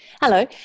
Hello